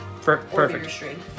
perfect